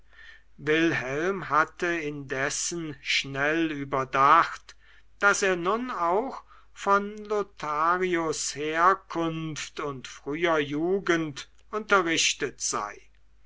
wilhelm hatte indessen schnell überdacht daß er nun auch von lotharios herkunft und früher jugend unterrichtet sei